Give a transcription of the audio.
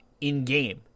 in-game